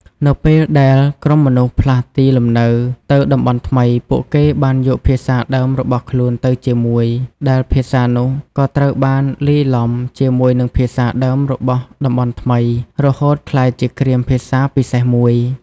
នៅពេលដែលក្រុមមនុស្សផ្លាស់ទីលំនៅទៅតំបន់ថ្មី ពួកគេបានយកភាសាដើមរបស់ខ្លួនទៅជាមួយ ដែលភាសានោះក៏ត្រូវបានលាយឡំ ជាមួយនឹងភាសាដើមរបស់តំបន់ថ្មី រហូតក្លាយជាគ្រាមភាសាពិសេសមួយ។